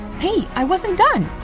hey, i wasn't done!